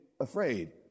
afraid